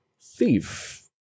thief